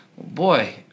Boy